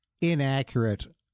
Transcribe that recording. inaccurate